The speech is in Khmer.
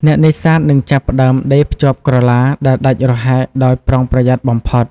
អ្នកនេសាទនឹងចាប់ផ្ដើមដេរភ្ជាប់ក្រឡាដែលដាច់រហែកដោយប្រុងប្រយ័ត្នបំផុត។